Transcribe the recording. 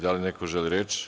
Da li neko želi reč?